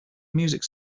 music